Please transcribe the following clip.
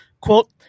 Quote